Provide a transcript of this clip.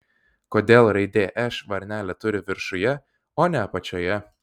kodėl raidė š varnelę turi viršuje o ne apačioje